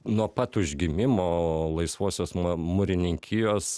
nuo pat užgimimo laisvosios na mūrininkijos